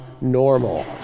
normal